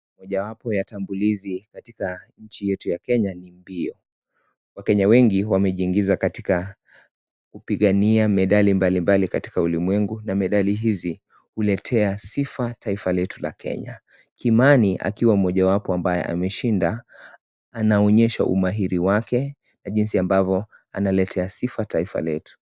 Mojawapo ya tambulizi katika nchi yetu ya Kenya ni mbio wakenya wengi wamejiingiza katika kupigania medali mbalimbali katika ulimwengu na medali hizi huletea sifa taifa letu la Kenya, Kimani akiwa mojawapo ambaye ameshinda anaonyesha umahiri wake na jinsi ambavyo analetea sifa taifa letu.